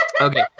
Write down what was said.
Okay